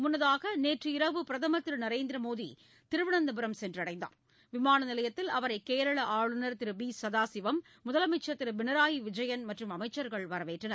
முன்னதாக நேற்று இரவு பிரதமர் திரு நரேந்திர மோடி திருவனந்தபுரம் சென்றடைந்தார் விமான நிலையத்தில் அவரை கேரளா ஆளுநர் திரு பி சதாசிவம் முதலமைச்சர் திரு பினராயி விஜயன் மற்றும் அமைச்சர்கள் வரவேற்றனர்